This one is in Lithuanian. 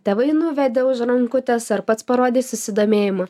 tėvai nuvedė už rankutės ar pats parodei susidomėjimą